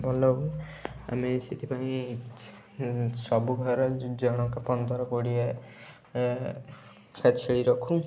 ଭଲ ଆମେ ସେଥିପାଇଁ ସବୁଘର ଜଣକା ପନ୍ଦର କୋଡ଼ିଏ ସେ ଛେଳି ରଖୁ